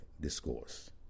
discourse